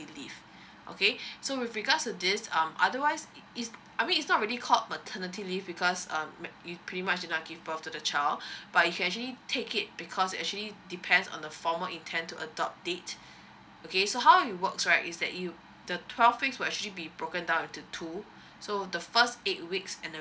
leave okay so with regards to this um otherwise is is I mean it's not really called maternity leave because um ma~ you pretty much cannot give birth to the child but you can actually take it because actually depends on the formal intent to adopt it okay so how it works right is that you the twelve weeks will actually be broken down into two so the first eight weeks and the